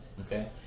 Okay